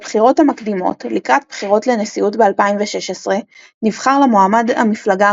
בבחירות המקדימות לקראת בחירות לנשיאות ב-2016 נבחר למועמד המפלגה